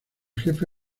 jefe